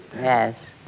Yes